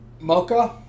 Mocha